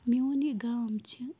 میون یہِ گام چھِ